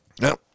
No